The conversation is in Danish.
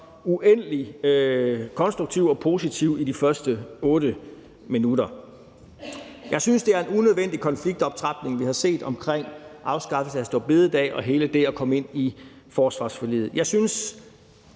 uendelig konstruktiv og positiv i de første 8 minutter. Jeg synes, det er en unødvendig konfliktoptrapning, vi har set, om afskaffelsen af store bededag og hele spørgsmålet om at komme ind i forsvarsforliget.